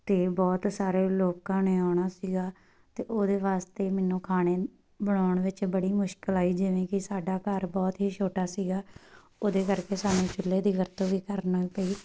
ਅਤੇ ਬਹੁਤ ਸਾਰੇ ਲੋਕਾਂ ਨੇ ਆਉਣਾ ਸੀਗਾ ਅਤੇ ਉਹਦੇ ਵਾਸਤੇ ਮੈਨੂੰ ਖਾਣੇ ਬਣਾਉਣ ਵਿੱਚ ਬੜੀ ਮੁਸ਼ਕਲ ਆਈ ਜਿਵੇਂ ਕਿ ਸਾਡਾ ਘਰ ਬਹੁਤ ਹੀ ਛੋਟਾ ਸੀਗਾ ਉਹਦੇ ਕਰਕੇ ਸਾਨੂੰ ਚੁੱਲ੍ਹੇ ਦੀ ਵਰਤੋਂ ਵੀ ਕਰਨਾ ਪਈ